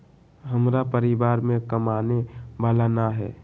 हमरा परिवार में कमाने वाला ना है?